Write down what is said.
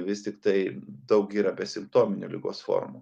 vis tiktai daug yra besimptominių ligos formų